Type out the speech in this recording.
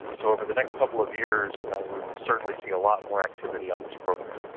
so over the next couple of years we will certainly see a lot more activity on this program.